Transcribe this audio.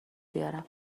بیارم